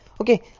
okay